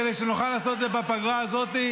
כדי שנוכל לעשות את זה בפגרה הזאת,